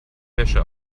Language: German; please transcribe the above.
wäsche